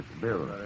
Bill